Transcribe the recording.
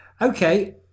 okay